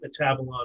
Metabolon